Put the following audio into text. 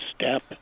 step